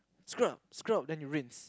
scrub scrub then you rinse